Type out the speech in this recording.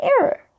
error